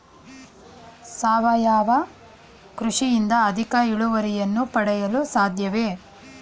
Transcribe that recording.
ಸಾವಯವ ಕೃಷಿಯಿಂದ ಅಧಿಕ ಇಳುವರಿಯನ್ನು ಪಡೆಯಲು ಸಾಧ್ಯವೇ?